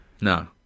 No